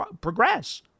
progress